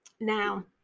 Now